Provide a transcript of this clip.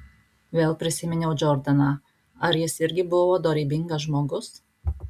vėl prisiminiau džordaną ar jis irgi buvo dorybingas žmogus